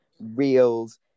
reels